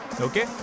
Okay